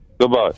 Goodbye